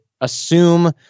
assume